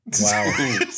Wow